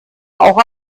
auch